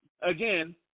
again